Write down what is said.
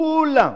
כולם.